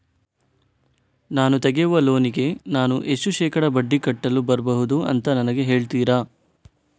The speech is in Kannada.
ನಾನು ತೆಗಿಯುವ ಲೋನಿಗೆ ನಾನು ಎಷ್ಟು ಶೇಕಡಾ ಬಡ್ಡಿ ಕಟ್ಟಲು ಬರ್ಬಹುದು ಅಂತ ನನಗೆ ಹೇಳ್ತೀರಾ?